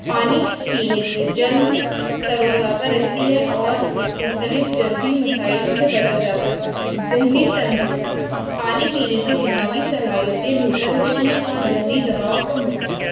پانی پینے سے جلد تر و تازہ رہتی ہے اور مختلف جلدی مسائل سے بچا جا سکتا ہے ذہنی تندرستی پانی پینے سے دماغی صلاحیتیں بہتر ہوتی ہیں اور ذہنی دباؤ کم ہوتا ہے